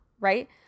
right